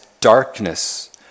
darkness